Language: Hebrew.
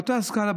באותה סקאלה,